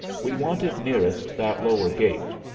we want it nearest that lower gate.